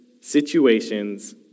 situations